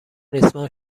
ریسمان